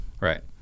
Right